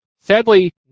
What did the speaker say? sadly